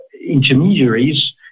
intermediaries